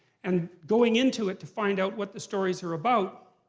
and going into it to find out what the stories are about,